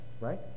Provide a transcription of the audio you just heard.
right